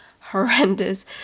horrendous